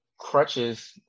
crutches